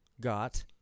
got